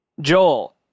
joel